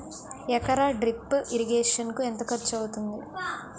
ఎకర drip irrigation కి ఎంత ఖర్చు అవుతుంది?